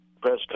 press